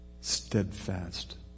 steadfast